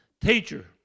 teacher